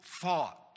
thought